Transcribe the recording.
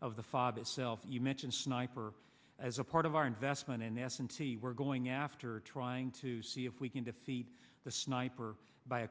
of the father's self you mentioned sniper as a part of our investment in s and t we're going after trying to see if we can defeat the sniper by